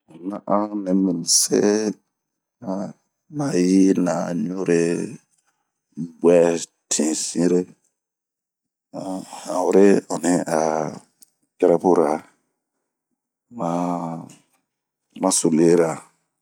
han na'an nɛmi unse mayi na'an ɲure buɛtin sire han wure ɔnia kɛrɛpura ma suliyera.